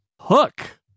hook